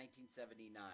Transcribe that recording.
1979